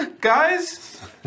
Guys